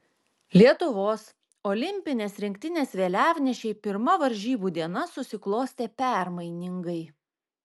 lietuvos olimpinės rinktinės vėliavnešei pirma varžybų diena susiklostė permainingai